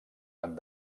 van